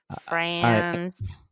friends